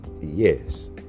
yes